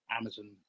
Amazon